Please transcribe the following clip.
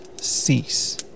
cease